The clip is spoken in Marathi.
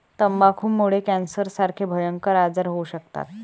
तंबाखूमुळे कॅन्सरसारखे भयंकर आजार होऊ शकतात